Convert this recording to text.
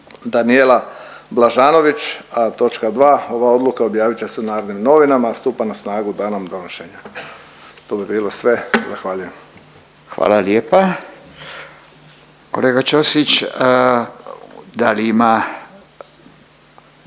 Danijela Blažanović. A točka dva, ova odluka objavit će se u Narodnim novinama. Stupa na snagu danom donošenja. To bi bilo sve. Zahvaljujem. **Radin, Furio (Nezavisni)** Hvala lijepa.